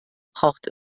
braucht